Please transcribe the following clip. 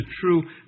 true